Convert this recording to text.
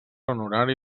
honorari